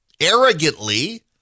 arrogantly